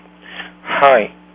Hi